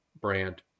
brand